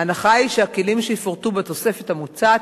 ההנחה היא שהכלים שיפורטו בתוספת המוצעת